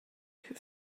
her